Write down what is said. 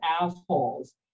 assholes